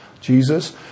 Jesus